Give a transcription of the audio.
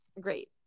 great